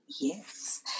Yes